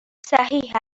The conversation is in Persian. صحیح